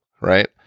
right